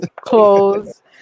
Clothes